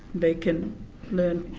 they can learn.